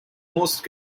most